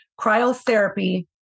cryotherapy